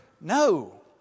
No